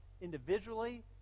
individually